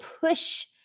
push